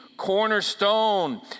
cornerstone